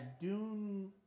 Dune